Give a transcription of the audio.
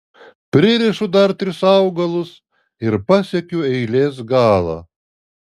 pririšu dar tris augalus ir pasiekiu eilės galą